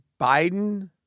Biden